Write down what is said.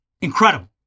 Incredible